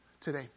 today